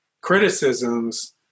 criticisms